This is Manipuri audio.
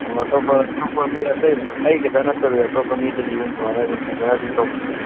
ꯑꯣ ꯑꯇꯣꯞꯄ ꯑꯇꯣꯞꯄ ꯃꯤ ꯑꯇꯩꯗ ꯑꯩ ꯈꯛꯇ ꯅꯠꯇꯕꯤꯗ ꯑꯇꯣꯞꯄ ꯃꯤꯗꯁꯨ ꯑꯗꯨꯝ ꯁꯨꯃꯥꯏꯅ ꯁꯨꯝ ꯐꯖꯅ ꯁꯨꯝ ꯇꯧꯕꯤꯕ꯭ꯔꯣ